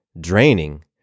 draining